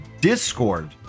Discord